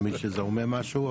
למי שזה אומר משהו,